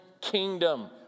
kingdom